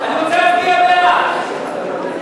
אנחנו ממשיכים בסדר-היום: